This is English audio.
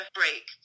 break